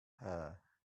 her